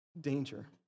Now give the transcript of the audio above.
danger